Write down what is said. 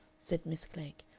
said miss klegg.